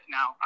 Now